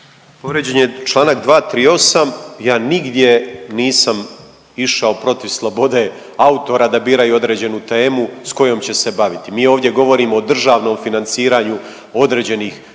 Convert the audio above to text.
Povrijeđen je članak 238. Ja nigdje nisam išao protiv slobode autora da biraju određenu temu sa kojom će se baviti. Mi ovdje govorimo o državnom financiranju određenih